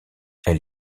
elle